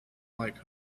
like